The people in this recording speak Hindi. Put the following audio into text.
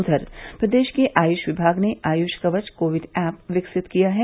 उधर प्रदेश के आयुष विभाग ने आयुष कवच कोविड ऐप विकसित किया है